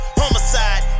homicide